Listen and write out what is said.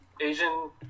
Asian